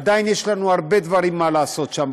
עדיין יש לנו הרבה דברים לעשות שם,